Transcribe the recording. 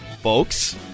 folks